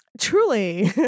Truly